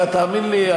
ותאמין לי,